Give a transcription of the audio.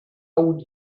would